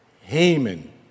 Haman